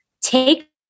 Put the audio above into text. take